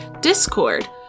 Discord